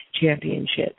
Championships